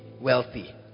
wealthy